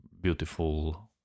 beautiful